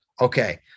okay